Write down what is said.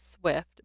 Swift